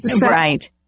right